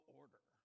order